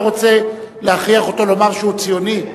אתה רוצה להכריח אותו לומר שהוא ציוני?